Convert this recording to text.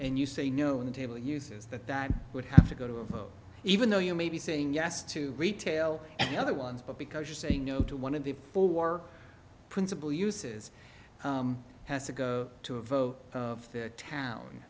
and you say no one table uses that that would have to to go even though you may be saying yes to retail and the other ones but because you're saying no to one of the four principal uses has to go to a vote of the town